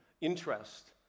interest